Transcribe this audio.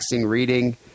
reading